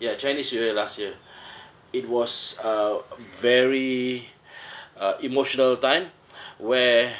ya chinese new year last year it was a very uh emotional time where